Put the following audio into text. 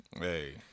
Hey